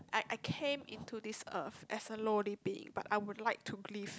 I came into this earth as a lonely being but I would like to believe